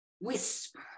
whisper